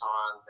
on